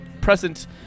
present